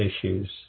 issues